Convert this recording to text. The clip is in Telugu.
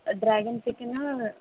డ్రాగెన్ చికెనా